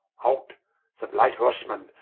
out some light horsemen,